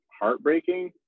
heartbreaking